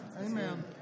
Amen